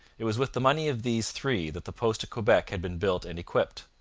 it was with the money of these three that the post at quebec had been built and equipped.